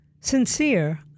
sincere